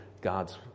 God's